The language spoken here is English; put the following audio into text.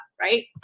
Right